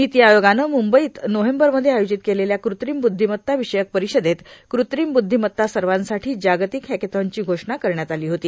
नीती आयोगाने म्ंबईत नोव्हेंबरमध्ये आयोजित केलेल्या कृत्रिम ब्द्वीमत्ता विषयक परिषदेत कृत्रिम ब्द्वीमत्ता सर्वासाठी जागतिक हॅकेथॉनची घोषणा करण्यात आली होती